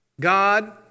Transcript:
God